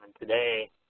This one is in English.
today